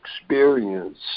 experience